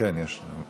כן, ישנו.